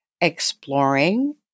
exploring